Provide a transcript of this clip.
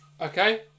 Okay